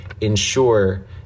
ensure